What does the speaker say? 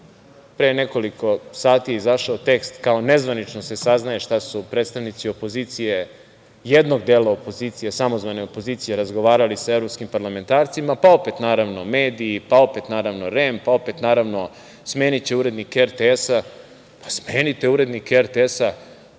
pre nekoliko sati izašao je tekst, kao nezvanično se saznaje šta su predstavnici opozicije, jednog dela opozicije, samozvane opozicije razgovarali sa evropskom parlamentarcima, pa opet naravno mediji, pa opet naravno REM, pa opet naravno smeniće urednike RTS. Smenite urednike RTS,